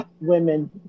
women